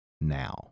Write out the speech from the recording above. now